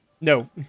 no